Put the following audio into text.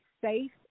safe